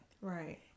Right